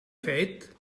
fet